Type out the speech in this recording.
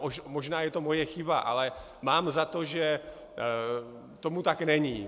Ano, možná je to moje chyba, ale mám za to, že tomu tak není.